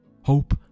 Hope